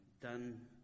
done